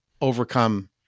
overcome